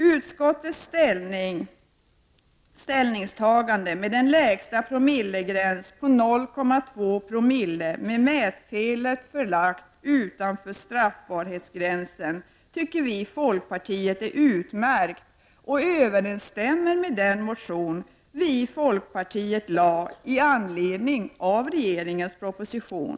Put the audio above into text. Utskottets ställningstagande med en lägsta promillegräns på 0,2 Zoo med mätfelet förlagt utanför straffbarhetsgränsen tycker vi i folkpartiet är utmärkt, och det överensstämmer med den motion vi i folkpartiet väckte med anledning av regeringens proposition.